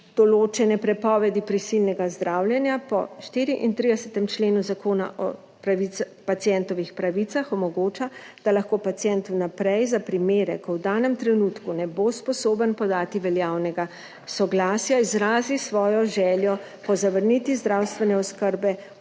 določene prepovedi prisilnega zdravljenja, po 34. členu Zakona o pacientovih pravicah omogoča, da lahko pacient vnaprej za primere, ko v danem trenutku ne bo sposoben podati veljavnega soglasja, izrazi svojo željo po zavrnitvi zdravstvene oskrbe